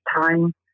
time